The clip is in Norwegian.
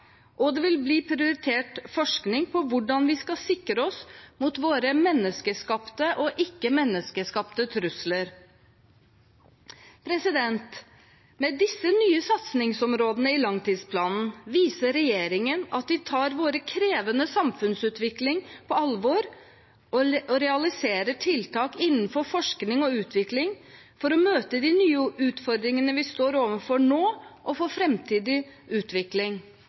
og det vil bli prioritert forskning på hvordan vi skal sikre oss mot våre menneskeskapte og ikke-menneskeskapte trusler. Med disse nye satsingsområdene i langtidsplanen viser regjeringen at vi tar vår krevende samfunnsutvikling på alvor og realiserer tiltak innenfor forskning og utvikling for å møte de nye utfordringene vi står overfor nå, og for framtidig utvikling.